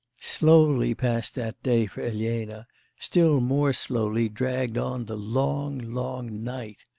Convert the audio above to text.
slowly passed that day for elena still more slowly dragged on the long, long night.